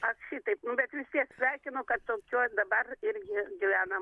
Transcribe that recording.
ak šitaip nu bet vis tiek sveikinu kad tokio dabar irgi gyvena